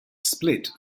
split